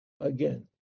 again